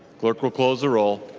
clerk will close the roll.